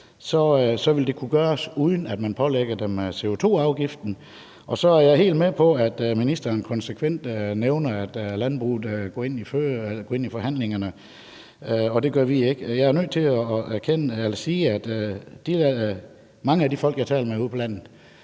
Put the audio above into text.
vil det kunne gøres, uden at man pålægger dem CO2-afgiften. Jeg er helt med på, at ministeren konsekvent nævner, at landbruget går ind i forhandlingerne, og at det gør vi ikke. Jeg er nødt til at sige, at mange af de folk, jeg taler med ude på landet,